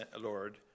Lord